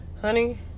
honey